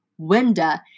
Wenda